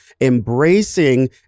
embracing